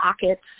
pockets